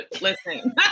listen